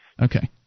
Okay